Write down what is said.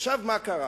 עכשיו מה קרה?